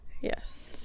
Yes